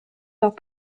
leurs